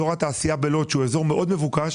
אזור התעשייה בלוד שהוא אזור מאוד מבוקש,